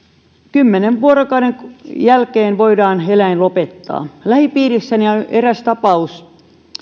kymmenen vuorokauden jälkeen voidaan eläin lopettaa lähipiirissäni on eräs tapaus